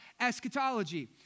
eschatology